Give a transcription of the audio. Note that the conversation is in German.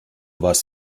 warst